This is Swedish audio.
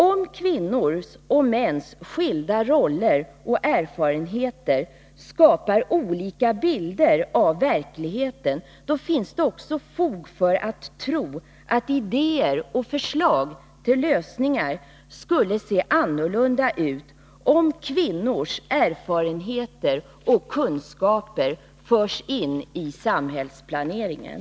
Om kvinnors och mäns skilda roller och erfarenheter skapar olika bilder av verkligheten, då finns det också fog för att tro att idéer och förslag till lösningar skulle se annorlunda ut om kvinnors erfarenheter och kunskaper förs in i samhällsplaneringen.